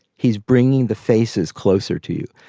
he's bringing the faces closer to you.